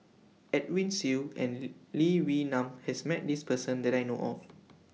Edwin Siew and Lee Wee Nam has Met This Person that I know of